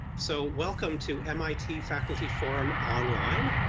so welcome to mit faculty forum online.